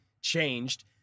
changed